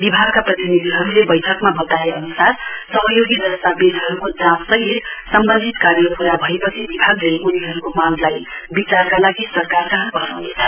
विभागका प्रतिनिधिहरूले बैठकमा बताएअन्सार सहयोगी दस्तावेजहरूको जाँच सहित सम्बन्धित कार्य पूरा भएपछि विभागले उनीहरूको मांगलाई विचाराका लागि सरकार कहाँ पठाउनेछ